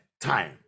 time